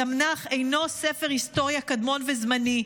התנ"ך אינו ספר היסטוריה קדמון וזמני,